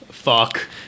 Fuck